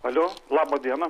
alio laba diena